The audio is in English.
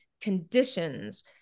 conditions